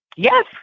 Yes